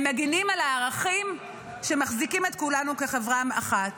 הם מגינים על הערכים שמחזיקים את כולנו כחברה אחת.